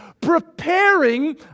preparing